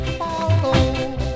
follow